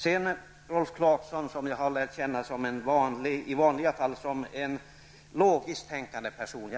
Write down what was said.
Jag har lärt känna Rolf Clarkson som en i vanliga fall logiskt tänkande person.